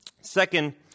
Second